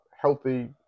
healthy